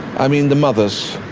i mean the mothers,